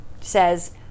says